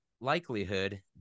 likelihood